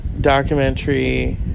documentary